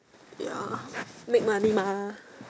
ya make money mah